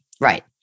Right